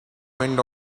wind